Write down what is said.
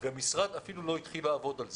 והמשרד אפילו לא התחיל לעבוד על זה,